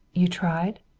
you tried?